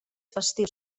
festius